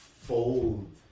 fold